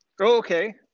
Okay